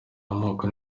amoko